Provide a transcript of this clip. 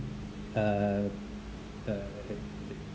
uh the